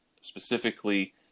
specifically